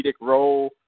role